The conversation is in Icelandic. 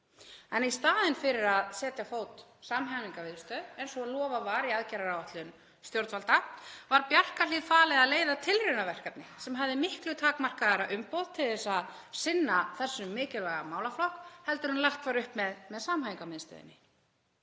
En í staðinn fyrir að setja á fót samhæfingarmiðstöð eins og lofað var í aðgerðaáætlun stjórnvalda var Bjarkarhlíð falið að leiða tilraunaverkefni sem hafði miklu takmarkaðra umboð til að sinna þessum mikilvæga málaflokki heldur en lagt var upp með með samhæfingarmiðstöðinni.